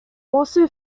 also